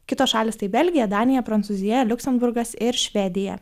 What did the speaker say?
kitos šalys tai belgija danija prancūzija liuksemburgas ir švedija